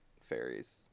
fairies